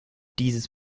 dieses